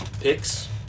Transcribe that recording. picks